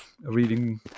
reading